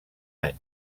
any